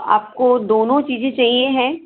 आपको दोनों चीज़ें चाहिए हैं